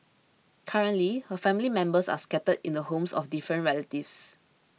currently her family members are scattered in the homes of different relatives